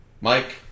Mike